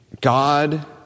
God